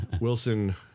Wilson